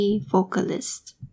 vocalist